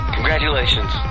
Congratulations